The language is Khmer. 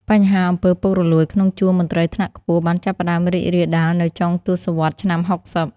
បញ្ហាអំពើពុករលួយក្នុងជួរមន្ត្រីថ្នាក់ខ្ពស់បានចាប់ផ្តើមរីករាលដាលនៅចុងទសវត្សរ៍ឆ្នាំ ៦០។